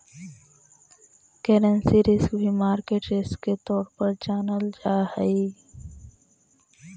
currency risk भी market risk के तौर पर जानल जा हई